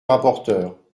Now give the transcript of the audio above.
rapporteur